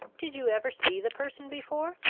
did you ever see the person before?